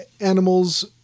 animals